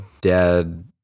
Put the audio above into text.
dad